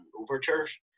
overtures